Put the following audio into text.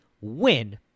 win